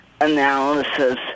analysis